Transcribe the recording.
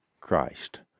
Christ